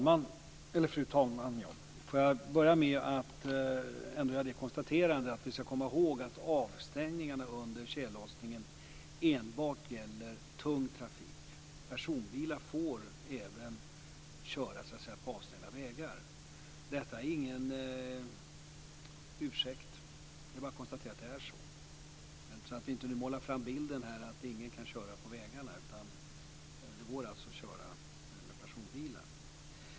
Fru talman! Får jag börja med att konstatera att avstängningarna under tjällossningen enbart gäller tung trafik. Personbilar får köra även på avstängda vägar. Detta är ingen ursäkt, utan jag bara konstaterar att det är så. Vi ska inte måla upp en bild av att ingen kan köra på vägarna, utan det går att köra med personbilar.